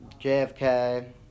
JFK